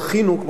כמו שאני אומר,